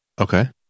Okay